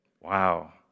Wow